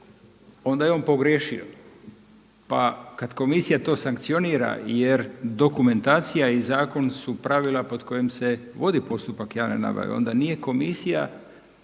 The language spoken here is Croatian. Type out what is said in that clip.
onda je on pogriješio pa kada komisija to sankcionira jer dokumentacija i zakon su pravila pod kojim se vodi postupak javne nabave, onda nije komisija